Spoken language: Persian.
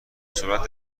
سرعت